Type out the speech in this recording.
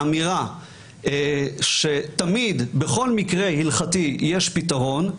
האמירה שתמיד, בכל מקרה, הלכתית יש פתרון,